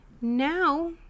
now